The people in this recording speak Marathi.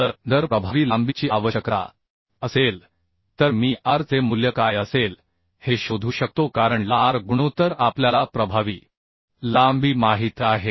तर जर प्रभावी लांबीची आवश्यकता असेल तर मी R चे मूल्य काय असेल हे शोधू शकतो कारण LR गुणोत्तर आपल्याला प्रभावी लांबी माहित आहे